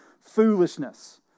foolishness